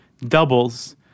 doubles